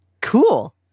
Cool